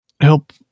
help